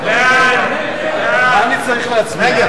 נתקבלו.